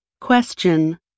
Question